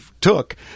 took